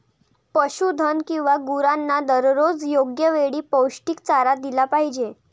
पशुधन किंवा गुरांना दररोज योग्य वेळी पौष्टिक चारा दिला पाहिजे